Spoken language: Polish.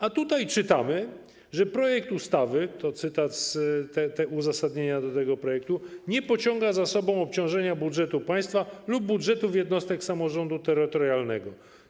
A tutaj czytamy, że projekt ustawy - to cytat z uzasadnienia tego projektu - nie pociąga za sobą obciążenia budżetu państwa lub budżetów jednostek samorządu terytorialnego.